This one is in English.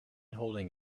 holding